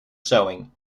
sewing